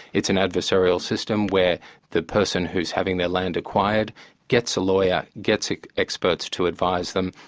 it's an adversarial system where the person who's having their land acquired gets a lawyer, gets experts to advise them,